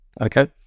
okay